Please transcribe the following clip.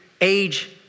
age